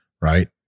Right